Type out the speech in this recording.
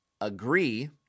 agree